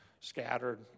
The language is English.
scattered